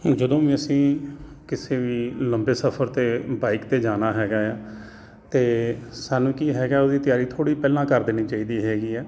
ਜਦੋਂ ਵੀ ਅਸੀਂ ਕਿਸੇ ਵੀ ਲੰਬੇ ਸਫਰ 'ਤੇ ਬਾਈਕ 'ਤੇ ਜਾਣਾ ਹੈਗਾ ਆ ਅਤੇ ਸਾਨੂੰ ਕੀ ਹੈਗਾ ਉਹਦੀ ਤਿਆਰੀ ਥੋੜ੍ਹੀ ਪਹਿਲਾਂ ਕਰ ਦੇਣੀ ਚਾਹੀਦੀ ਹੈਗੀ ਹੈ